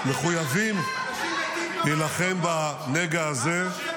-- ואנחנו מחויבים להילחם בנגע הזה -- מינית תומך טרור לשר.